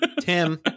Tim